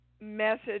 message